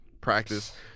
practice